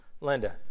Linda